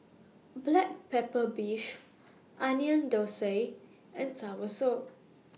Black Pepper Beef Onion Thosai and Soursop